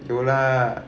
有啦